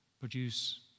produce